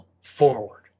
forward